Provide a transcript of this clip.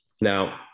now